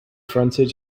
frontage